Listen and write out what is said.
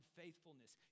faithfulness